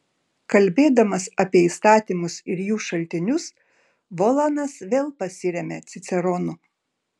kalbėdamas apie įstatymus ir jų šaltinius volanas vėl pasiremia ciceronu